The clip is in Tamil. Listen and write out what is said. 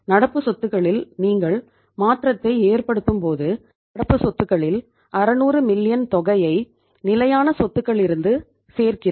நடப்பு சொத்துகளில் நீங்கள் மாற்றத்தை ஏற்படுத்தும்போது நடப்பு சொத்துகளில் 600 மில்லியன் தொகையைச் நிலையான சொத்துகளிலிருந்து சேர்க்கிறோம்